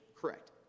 correct